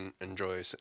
enjoy